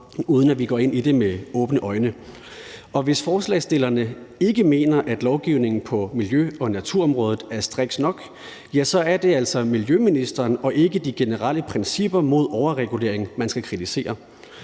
uden at vi går ind i det med åbne øjne, og hvis forslagsstillerne ikke mener, at lovgivningen på miljø- og naturområdet er striks nok, så er det altså miljøministeren og ikke de generelle principper mod overregulering, man skal kritisere.